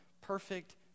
perfect